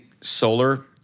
solar